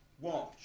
Watch